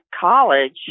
college